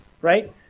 right